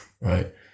right